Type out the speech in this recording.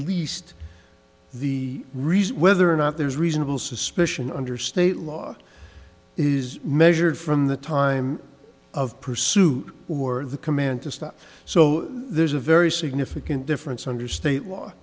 least the reason whether or not there's reasonable suspicion under state law is measured from the time of pursuit or the command to stop so there's a very significant difference under state law